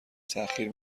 تاخیر